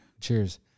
Cheers